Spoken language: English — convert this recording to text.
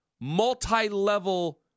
multi-level